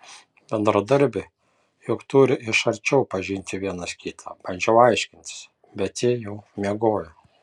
bendradarbiai juk turi iš arčiau pažinti vienas kitą bandžiau aiškintis bet ji jau miegojo